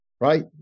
right